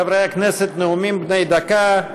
חברי הכנסת, נאומים בני דקה.